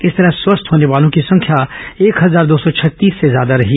इस तरह स्वस्थ होने वालों की संख्या एक हजार दो सौ छत्तीस से ज्यादा रही